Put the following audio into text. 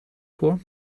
for